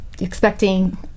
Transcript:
expecting